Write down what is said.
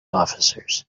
officers